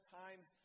times